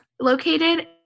located